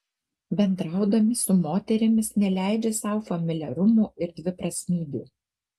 bendraudami su moterimis neleidžia sau familiarumų ir dviprasmybių